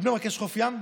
בבני ברק יש חוף ים?